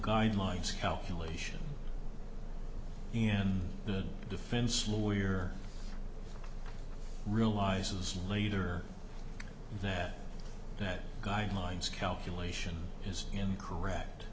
guidelines calculation and the defense lawyer realizes later that that guidelines calculation is in correct